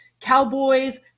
Cowboys